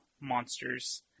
monsters